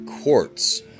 Quartz